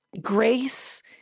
grace